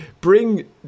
bring